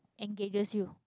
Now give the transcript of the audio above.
engages you